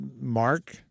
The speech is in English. Mark